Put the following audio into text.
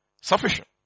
sufficient